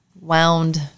wound